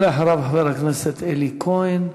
ואחריו, חבר הכנסת אלי כהן.